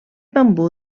bambú